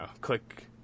click